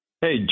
Hey